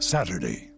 Saturday